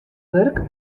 wurk